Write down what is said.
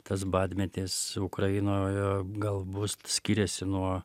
tas badmetis ukrainoje gal bus skiriasi nuo